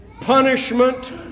punishment